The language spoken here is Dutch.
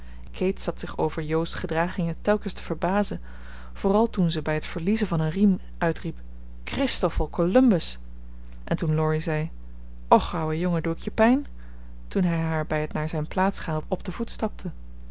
kate zat zich over jo's gedragingen telkens te verbazen vooral toen ze bij t verliezen van een riem uitriep christoffel columbus en toen laurie zei och ouwe jongen doe ik je pijn toen hij haar bij het naar zijn plaats gaan op den voet stapte